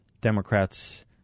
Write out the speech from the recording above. Democrats